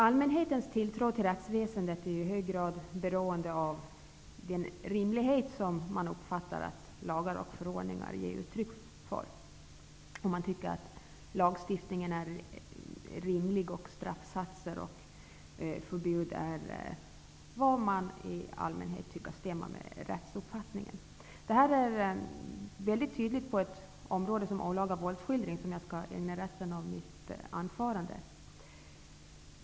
Allmänhetens tilltro till rättsväsendet är i hög grad beroende av den rimlighet som man uppfattar att lagar och förordningar ger uttryck för, dvs. att man tycker att lagstiftning, straffsatser och förbud är rimliga och stämmer med den allmänna rättsuppfattningen. Det här framgår tydligt för området olaga våldsskildring, som jag skall ägna resten av mitt anförande åt.